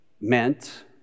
meant